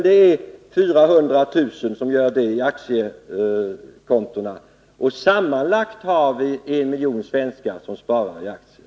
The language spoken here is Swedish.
Nej, men 400 000 sparar i aktiesparfonderna, och sammanlagt har vi en miljon svenskar som sparar i aktier.